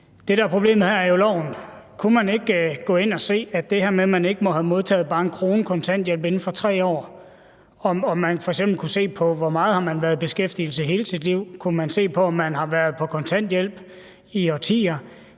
der er problemet her, er jo loven. Kunne man ikke i forbindelse med, at man ikke må have modtaget bare 1 kr. i kontanthjælp inden for 3 år, f.eks. se på, hvor meget man har været i beskæftigelse hele sit liv? Kunne man se på, om man har været på kontanthjælp i årtier?